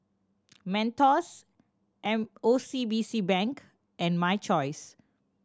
Mentos M O C B C Bank and My Choice